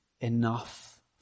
enough